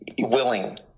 willing